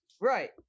Right